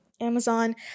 Amazon